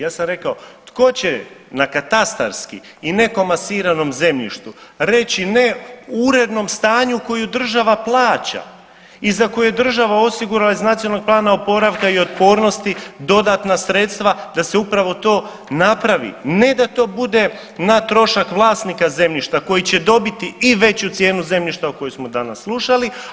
Ja sam rekao tko će na katastarski i nekomasiranom zemljištu reći ne o urednom stanju koju država plaća i za koje je država osigurala iz Nacionalnog plana oporavka i otpornosti dodatna sredstva da se upravo to napravi, ne da to bude na trošak vlasnika zemljišta koji će dobiti i veću cijenu zemljišta o kojoj smo danas slušali.